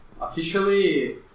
officially